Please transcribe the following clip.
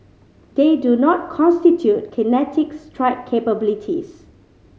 they do not constitute kinetic strike capabilities